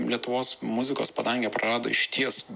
lietuvos muzikos padangė prarado išties